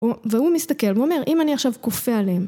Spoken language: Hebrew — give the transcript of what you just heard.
והוא מסתכל. הוא אומר, אם אני עכשיו כופה עליהם...